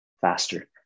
faster